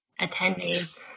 attendees